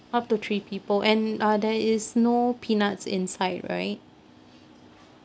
up to three people and uh there is no peanuts inside right